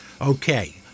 Okay